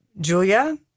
Julia